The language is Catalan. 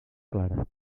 clara